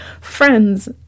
Friends